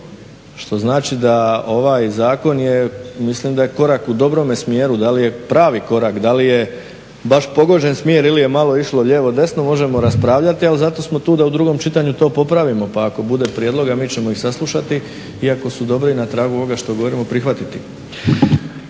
što znači da ovaj zakon mislim da je korak u dobrome smjeru. Da li je pravi korak, da li je baš pogođen smjer ili je malo išlo lijevo, desno možemo raspravljati ali zato smo tu da u drugom čitanju to popravimo pa ako bude prijedloga mi ćemo ih saslušati iako su dobri i na tragu ovoga što govorimo prihvatiti.